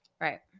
Right